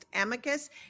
amicus